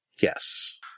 Yes